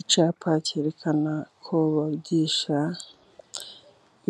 Icyapa cyerekana ko bigisha